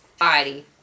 Alrighty